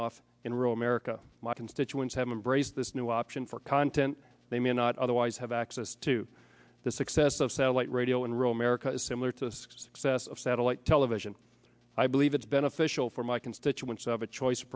off in rural america my constituents have embraced this new option for content they may not otherwise have access to the success of satellite radio in rural america similar to this success of satellite television i believe it's beneficial for my constituents of a choice